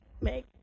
make